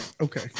okay